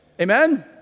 Amen